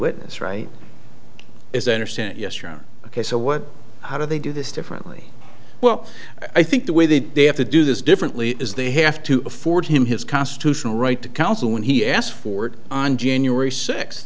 witness right as i understand yes you are ok so what how do they do this differently well i think the way they have to do this differently is they have to afford him his constitutional right to counsel and he asked for it on january six